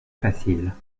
facile